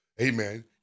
amen